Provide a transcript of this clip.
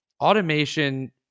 Automation